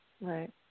Right